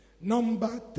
Number